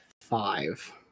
five